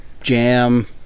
jam